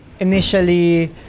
Initially